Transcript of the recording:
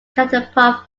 counterpart